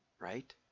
right